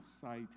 sight